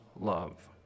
love